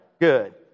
Good